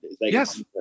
Yes